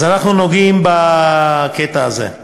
אז אנחנו נוגעים בקטע הזה.